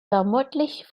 vermutlich